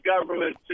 government